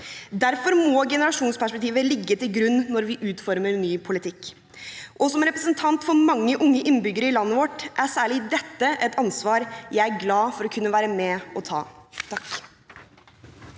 Derfor må generasjonsperspektivet ligge til grunn når vi utformer ny politikk. Og som representant for mange unge innbyggere i landet vårt er særlig dette et ansvar jeg er glad for å kunne være med på å ta.